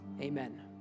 Amen